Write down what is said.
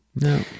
No